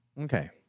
Okay